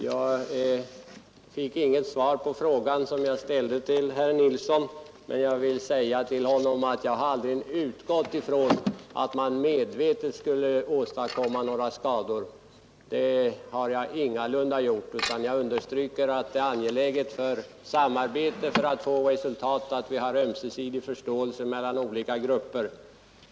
Jag fick inget svar på den fråga som jag ställde till herr Nilsson, men jag vill säga till honom att jag har ingalunda utgått från att man medvetet skulle åstadkomma några skador, utan jag understryker att det är angeläget med samarbete för att få resultat och att det behövs ömsesidig förståelse mellan olika grupper.